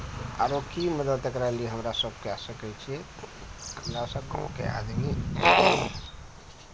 आरो की मदद एकरा लिए हमरा सब कए सकै छियै हमरा सब गाँवके आदमी